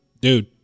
Dude